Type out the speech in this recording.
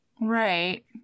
Right